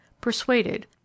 persuaded